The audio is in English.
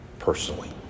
personally